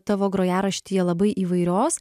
tavo grojaraštyje labai įvairios